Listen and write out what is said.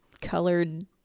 colored